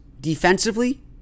defensively